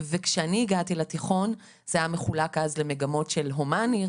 וכשאני הגעתי לתיכון זה היה מחולק אז למגמות של הומאני,